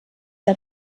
der